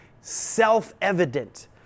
self-evident